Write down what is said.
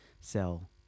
sell